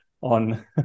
on